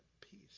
peace